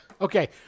Okay